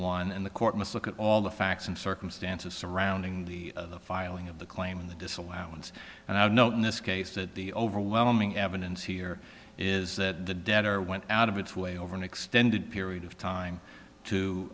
one and the court must look at all the facts and circumstances surrounding the filing of the claim in the disallowance and i would note in this case that the overwhelming evidence here is that the debtor went out of its way over an extended period of time to